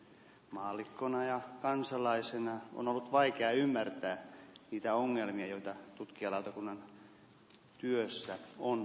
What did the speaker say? maallikkona ja kansalaisen on ollut vaikea ymmärtää niitä ongelmia joita tutkijalautakunnan työssä on